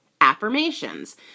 affirmations